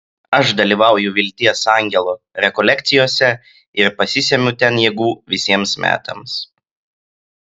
aš dalyvauju vilties angelo rekolekcijose ir pasisemiu ten jėgų visiems metams